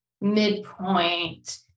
midpoint